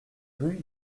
rues